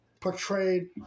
portrayed